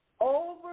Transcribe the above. Over